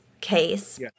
case